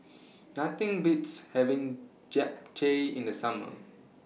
Nothing Beats having Japchae in The Summer